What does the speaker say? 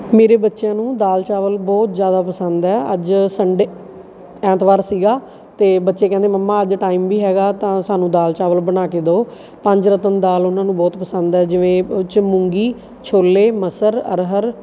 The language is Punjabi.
ਮੇਰੇ ਬੱਚਿਆਂ ਨੂੰ ਦਾਲ ਚਾਵਲ ਬਹੁਤ ਜ਼ਿਆਦਾ ਪਸੰਦ ਹੈ ਅੱਜ ਸੰਡੇ ਐਤਵਾਰ ਸੀਗਾ ਅਤੇ ਬੱਚੇ ਕਹਿੰਦੇ ਮੰਮਾ ਅੱਜ ਟਾਈਮ ਵੀ ਹੈਗਾ ਤਾਂ ਸਾਨੂੰ ਦਾਲ ਚਾਵਲ ਬਣਾ ਕੇ ਦਿਓ ਪੰਜ ਰਤਨ ਦਾਲ ਉਹਨਾਂ ਨੂੰ ਬਹੁਤ ਪਸੰਦ ਹੈ ਜਿਵੇਂ ਉਹ 'ਚ ਮੂੰਗੀ ਛੋਲੇ ਮਸਰ ਅਰਹਰ